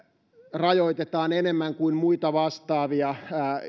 rajoitetaan enemmän kuin muita vastaavia